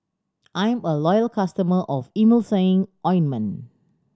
I'm a loyal customer of Emulsying Ointment